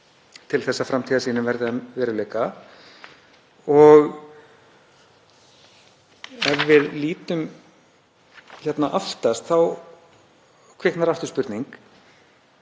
til að framtíðarsýnin verði að veruleika. Ef við lítum hérna aftast þá kviknar aftur spurning: